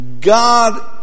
God